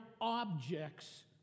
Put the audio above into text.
objects